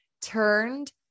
turned